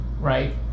right